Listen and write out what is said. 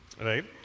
right